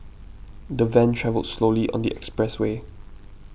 the van travelled slowly on the expressway